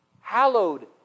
Hallowed